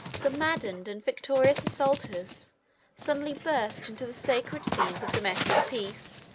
the maddened and victorious assaulters suddenly burst into the sacred scenes of domestic peace,